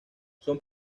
son